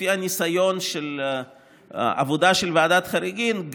לפי הניסיון של עבודת ועדת החריגים,